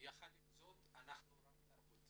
יחד עם זאת אנחנו רב-תרבותיים